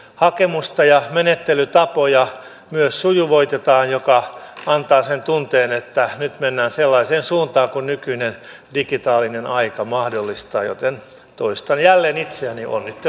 hakemusta ja menettelytapoja myös sujuvoitetaan mikä antaa sen tunteen että nyt mennään sellaiseen suuntaan kuin nykyinen digitaalinen aika mahdollistaa joten toistan jälleen itseäni